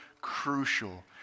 crucial